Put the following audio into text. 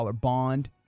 bond